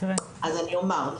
אז אני אומר,